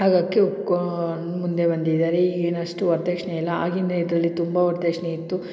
ಆಗೋಕ್ಕೆ ಒಪ್ಕೊಂಡು ಮುಂದೆ ಬಂದಿದ್ದಾರೆ ಈಗೇನು ಅಷ್ಟು ವರದಕ್ಷ್ಣೆಯಿಲ್ಲ ಆಗಿನ ಇದರಲ್ಲಿ ತುಂಬ ವರದಕ್ಷ್ಣೆ ಇತ್ತು